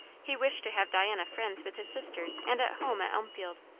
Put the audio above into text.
he wished to have diana friends with his sisters and at home at elmfield.